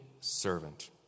servant